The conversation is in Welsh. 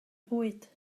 fwyd